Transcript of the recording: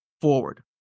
forward